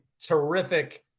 terrific